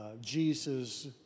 Jesus